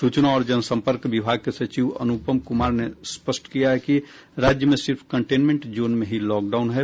सूचना और जनसंपर्क विभाग के सचिव अनुपम कुमार ने स्पष्ट किया है कि राज्य में सिर्फ कंटेनमेंट जोन में ही लॉकडाउन है